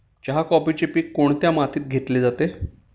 चहा, कॉफीचे पीक कोणत्या मातीत घेतले जाते?